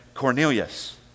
Cornelius